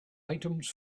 items